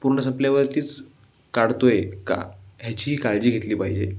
पूर्ण संपल्यावरतीच काढतो आहे का ह्याचीही काळजी घेतली पाहिजे